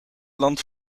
land